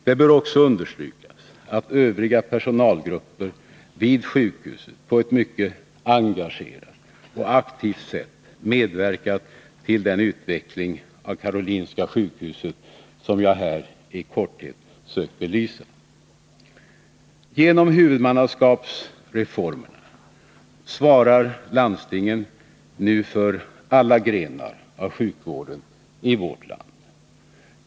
Det bör också understrykas att övriga personalgrupper vid sjukhuset på ett mycket engagerat och aktivt sätt medverkat till den utveckling av Karolinska sjukhuset som jag här i korthet sökt belysa. Genom huvudmannaskapsreformerna svarar landstingen nu för alla grenar av sjukvården i vårt land.